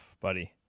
Buddy